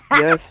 Yes